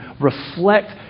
reflect